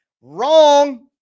Wrong